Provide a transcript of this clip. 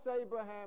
Abraham